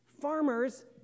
farmers